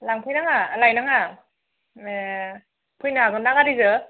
लांफैनाङा लायनाङा ए फैनो हागोन ना गारिजों